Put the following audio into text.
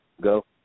go